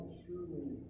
truly